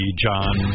John